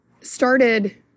started